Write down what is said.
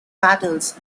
battles